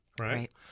right